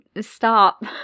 stop